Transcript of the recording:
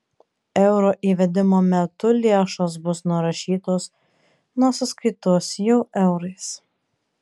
euro įvedimo metu lėšos bus nurašytos nuo sąskaitos jau eurais